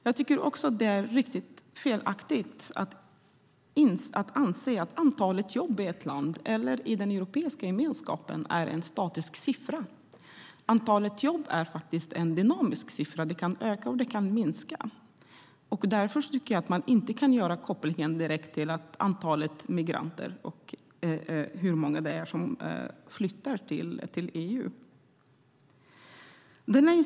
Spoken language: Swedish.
Det är också felaktigt att påstå att antalet jobb i ett land eller inom den europeiska gemenskapen är en statisk siffra. Antalet jobb är en dynamisk siffra som kan öka eller minska. Därför kan man inte göra en direkt koppling till antalet migranter och hur många som flyttar till EU.